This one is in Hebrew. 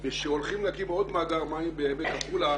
ושהולכים להקים עוד מאגר מים בעמק החולה